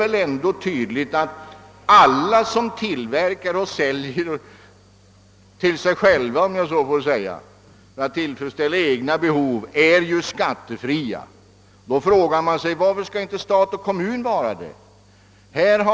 Alla som tillverkar en vara och så att säga säljer den till sig själva för att tillgodose egna behov är ju befriade från skatt. Då kan man fråga sig varför inte stat och kommun också skall vara det.